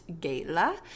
gala